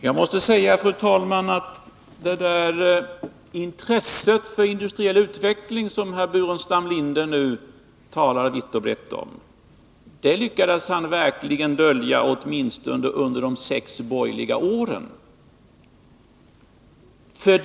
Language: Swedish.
Fru talman! Jag måste säga att det intresse för industriell utveckling som herr Burenstam Linder nu talar vitt och brett om lyckades han verkligen dölja åtminstone under de sex borgerliga åren.